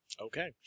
Okay